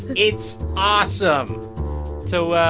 it's awesome so,